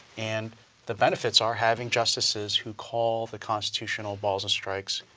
and the benefits are having justices who call the constitutional balls and strikes,